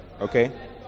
Okay